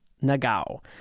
Nagao